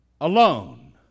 alone